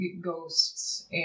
Ghosts